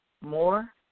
more